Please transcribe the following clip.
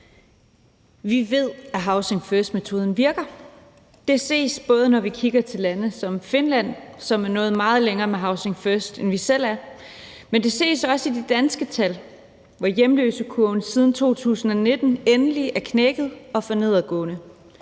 Vi ved, at housing first-metoden virker. Det ses, både når vi kigger til lande som Finland, som er nået meget længere med housing first, end vi selv er, men det ses også i de danske tal, hvor hjemløsekurven siden 2019 endelig er knækket og er for nedadgående,